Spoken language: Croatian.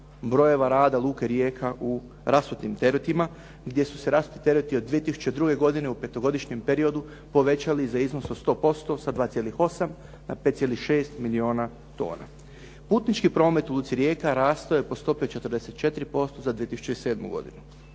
brojeva rada luke Rijeka u rasutim teretima gdje su se rasuti tereti od 2002. godine u petogodišnjem periodu povećali za iznos od 100% sa 2,8 na 5,6 milijuna tona. Putnički promet u luci Rijeka rastao je po stopi od 44% za 2007. godinu.